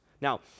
Now